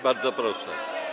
Bardzo proszę.